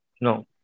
No